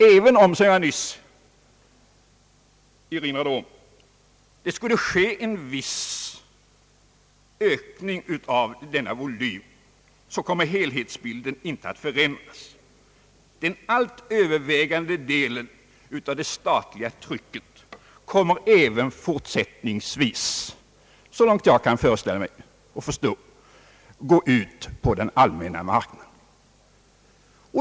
även om det, som jag nyss framhöll, skulle ske en viss ökning av denna volym, kommer helhetsbilden inte att förändras. Den helt övervägande delen av det statliga trycket kommer även fortsättningsvis, såvitt jag kan bedöma, att gå ut på den allmänna marknaden.